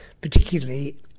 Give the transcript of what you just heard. particularly